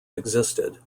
existed